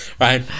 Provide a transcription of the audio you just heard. Right